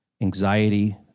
anxiety